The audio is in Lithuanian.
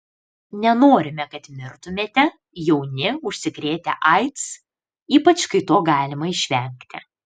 nenorime kad mirtumėte jauni užsikrėtę aids ypač kai to galima išvengti